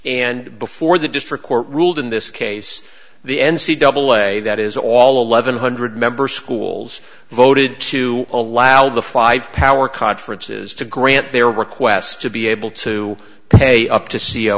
and before the district court ruled in this case the n c double way that is all eleven hundred member schools voted to allow the five power conferences to grant their request to be able to pay up to